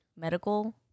medical